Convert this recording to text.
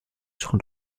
sur